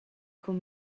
cun